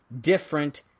different